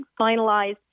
finalized